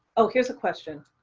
oh, here's a question.